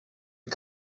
het